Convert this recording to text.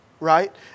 right